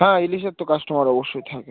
হ্যাঁ ইলিশের তো কাস্টমার অবশ্যই থাকে